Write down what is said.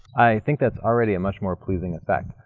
i think that's already a much more pleasing effect.